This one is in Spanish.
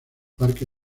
parque